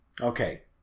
okay